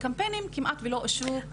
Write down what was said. וקמפיינים כמעט ולא אושרו.